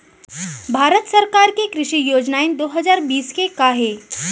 भारत सरकार के कृषि योजनाएं दो हजार बीस के का हे?